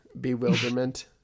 bewilderment